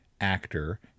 actor